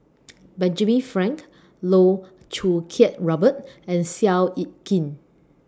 Benjamin Frank Loh Choo Kiat Robert and Seow Yit Kin